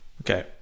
Okay